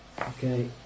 Okay